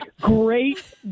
Great